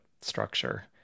structure